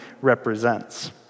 represents